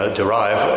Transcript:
derive